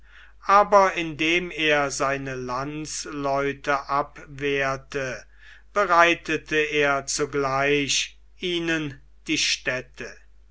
aber indem er seine landsleute abwehrte bereitete er zugleich ihnen die stätte